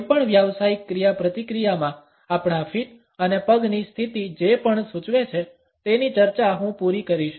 કોઈપણ વ્યાવસાયિક ક્રિયાપ્રતિક્રિયામાં આપણા ફીટ અને પગની સ્થિતિ જે પણ સૂચવે છે તેની ચર્ચા હું પૂરી કરીશ